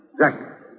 Jack